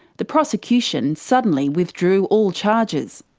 the prosecution suddenly withdrew all charges.